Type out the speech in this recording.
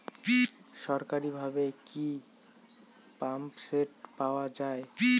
সরকারিভাবে কি পাম্পসেট পাওয়া যায়?